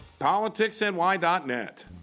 politicsny.net